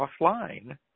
offline